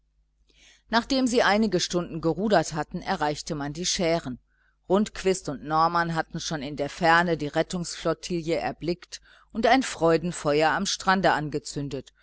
nachdem sie einige stunden gerudert hatten erreichte man die schären rundquist und norman hatten schon in der ferne die rettungsflotille erblickt und ein freudenfeuer am strande angezündet